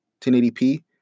1080p